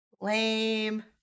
Lame